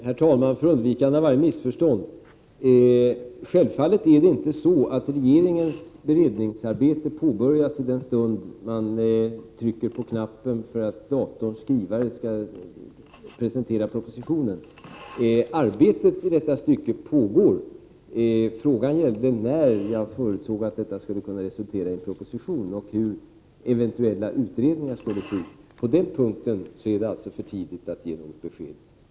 Herr talman! För undvikande av varje missförstånd: Självfallet påbörjas inte regeringens beredningsarbete i den stund man trycker på knappen för att datorns skrivare skall presentera propositionen. Arbetet pågår. Frågan gällde när jag förutsåg att detta skulle kunna resultera i en proposition och hur eventuella utredningar skulle se ut. På den punkten är det för tidigt att ge något besked.